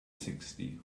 sixty